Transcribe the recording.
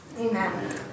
Amen